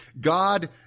God